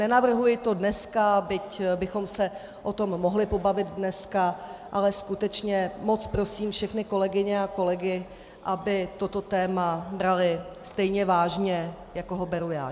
Nenavrhuji to dneska, byť bychom se o tom mohli pobavit dneska, ale skutečně moc prosím všechny kolegyně a kolegy, aby toto téma brali stejně vážně, jako ho beru já.